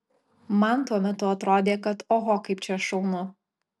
man tuo metu atrodė kad oho kaip čia šaunu